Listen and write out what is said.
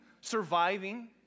surviving